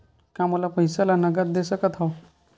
का मोला पईसा ला नगद दे सकत हव?